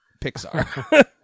pixar